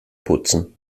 putzen